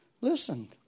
Listen